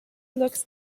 looks